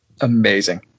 Amazing